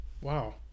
Wow